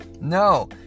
No